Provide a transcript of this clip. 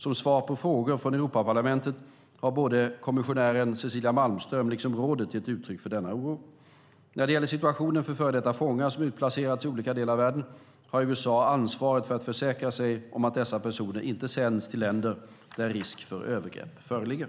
Som svar på frågor från Europaparlamentet har både kommissionär Cecilia Malmström och rådet gett uttryck för denna oro. När det gäller situationen för före detta fångar som har utplacerats i olika delar av världen har USA ansvaret att försäkra sig om att dessa personer inte sänds till länder där risk för övergrepp föreligger.